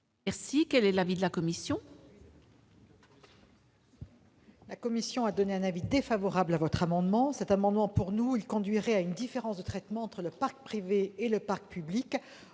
Quel est l'avis de la commission ?